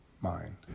mind